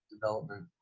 development